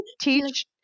teach